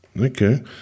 Okay